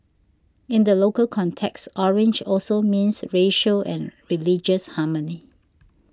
in the local context orange also means racial and religious harmony